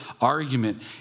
argument